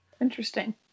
interesting